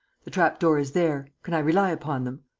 the trapdoor is there. can i rely upon them?